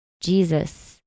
Jesus